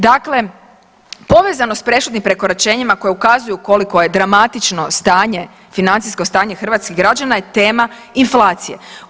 Dakle, povezanost prešutnim prekoračenjima koji ukazuju koliko je dramatično stanje, financijsko stanje hrvatskih građana je teme inflacije.